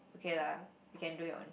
okay lah you can do it on